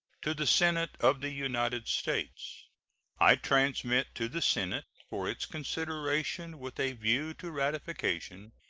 to the senate of the united states i transmit to the senate, for its consideration with a view to ratification,